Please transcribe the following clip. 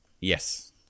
Yes